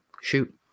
Shoot